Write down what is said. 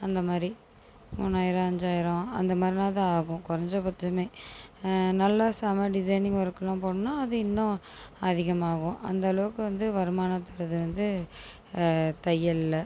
அந்தமாதிரி மூணாயிரம் அஞ்சாயிரம் அந்தமாதிரினாவது ஆகும் கொறைஞ்ச பட்சமே நல்ல செம டிசைனிங் ஒர்க்கில் போகணுனா அது இன்னும் அதிகமாகும் அந்தளவுக்கு வந்து வருமானம் தரது வந்து தையலில்